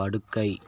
படுக்கை